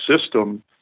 system